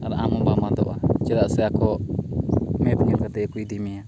ᱟᱨ ᱟᱢᱦᱚᱸ ᱵᱟᱢ ᱟᱫᱚᱜᱼᱟ ᱪᱮᱫᱟᱜ ᱥᱮ ᱟᱠᱚ ᱢᱮᱯ ᱧᱮᱞ ᱠᱟᱛᱮ ᱠᱚ ᱤᱫᱤᱢᱮᱭᱟ